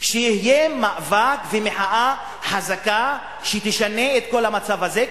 שיהיו מאבק ומחאה חזקה שישנו את כל המצב הזה,